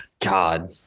God